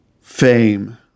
fame